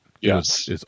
Yes